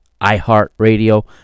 iHeartRadio